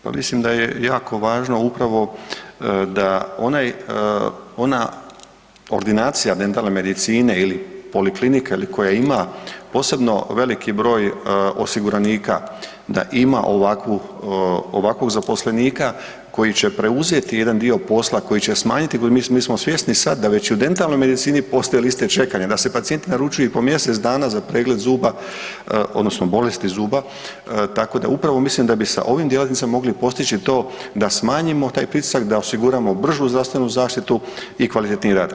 Pa mislim da je jako važno da onaj, ona ordinacija dentalne medicine ili poliklinika ili koja ima posebno veliki broj osiguranika da ima ovakvu, da ima ovakvog zaposlenika koji će preuzeti jedan dio posla, koji će smanjiti, mi smo svjesni sad da već i u dentalnoj medicini postoje liste čekanja, da se pacijenti naručuju i po mjesec dana za pregled zuba odnosno bolesti zuba, tako da upravo mislim da bi sa ovim djelatnicima mogli postići to da smanjimo taj pritisak, da osiguramo bržu zdravstvenu zaštitu i kvalitetniji rad.